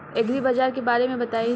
एग्रीबाजार के बारे में बताई?